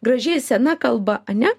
graži sena kalba ane